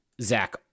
Zach